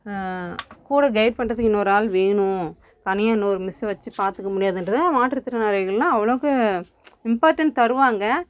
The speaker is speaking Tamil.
கூட கெயிட் பண்ணுறதுக்கு இன்னொரு ஆள் வேணும் தனியா் இன்னொரு மிஸ்ஸை வச்சு பார்த்துக்க முடியாதுகிறதுனால மாற்றுத்திறனாளிகளெலாம் அவ்வளோக்கு இம்பார்ட்டண்ட் தருவாங்க